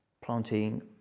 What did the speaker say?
planting